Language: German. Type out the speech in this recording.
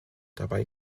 dabei